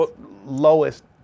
lowest